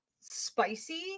spicy